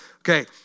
Okay